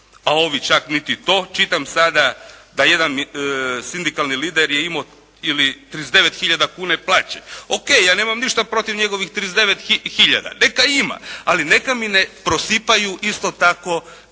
a ovi čak niti to. Čitam sada da jedan sindikalni lider je imao ili 39 hiljada kuna plaće. OK, ja nemam ništa protiv njegovih 39 hiljada. Neka ima. Ali neka mi ne prosipaju isto tako